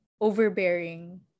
overbearing